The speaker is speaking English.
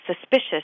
suspicious